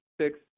six